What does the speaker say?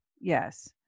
Yes